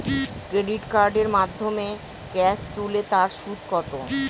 Credit কার্ডের মাধ্যমে cash তুলে তার সুদ কত?